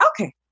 okay